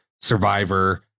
Survivor